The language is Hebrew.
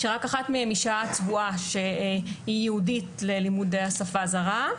שרק אחת מכן היא שעה צבועה ייעודית ללימודי השפה הזרה.